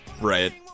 Right